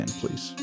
please